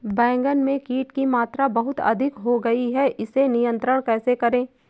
बैगन में कीट की मात्रा बहुत अधिक हो गई है इसे नियंत्रण कैसे करें?